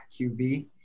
QB